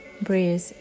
Breathe